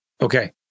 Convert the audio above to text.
Okay